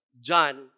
John